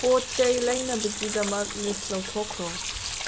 ꯄꯣꯠ ꯆꯩ ꯂꯩꯅꯕꯒꯤꯗꯃꯛ ꯂꯤꯁ ꯂꯧꯊꯣꯛꯈ꯭ꯔꯣ